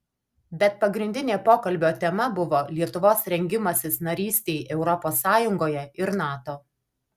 bet pagrindinė pokalbio tema buvo lietuvos rengimasis narystei europos sąjungoje ir nato